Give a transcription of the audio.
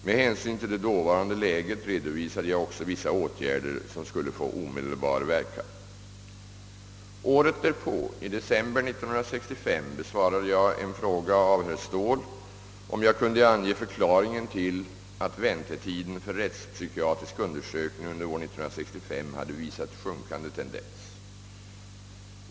Med hänsyn till det dåvarande läget redovisade jag också vissa åtgärder, som skulle få omedelbar verkan. Året därpå, i december 1965, besvarade jag en fråga av herr Ståhl om jag kunde ange förklaringen till att väntetiden för rättspsykiatrisk undersökning under år 1965 hade visat sjunkande tendens.